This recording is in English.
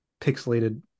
pixelated